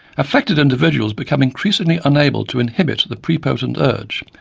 affected individuals become increasingly unable to inhibit the prepotent urge,